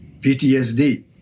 PTSD